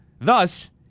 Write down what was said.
Thus